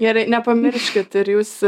gerai nepamirškit ir jūs